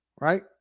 right